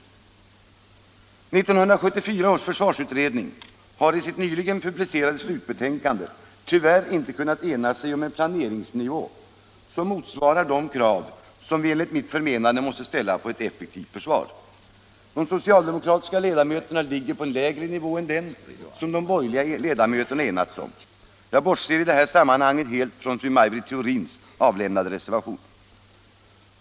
1974 års försvarsutredning har i sitt nyligen publicerade slutbetänkande tyvärr inte kunnat ena sig kring en planeringsnivå, som motsvarar de krav som vi enligt mitt förmenande måste ställa på ett effektivt försvar. De socialdemokratiska ledamöterna ligger på en lägre nivå än den som de borgerliga ledamöterna enat sig om. Jag bortser i detta sammanhang helt från den av fru Maj Britt Theorin avlämnade reservationen.